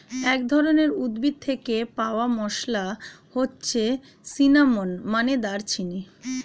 এক ধরনের উদ্ভিদ থেকে পাওয়া মসলা হচ্ছে সিনামন, মানে দারুচিনি